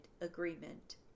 agreement